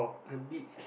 a bit